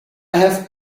have